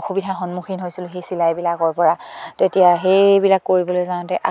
অসুবিধাৰ সন্মুখীন হৈছিলোঁ সেই চিলাইবিলাকৰ পৰা তেতিয়া সেইবিলাক কৰিবলৈ যাওঁতে